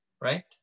right